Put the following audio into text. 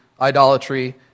idolatry